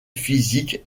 physique